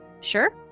sure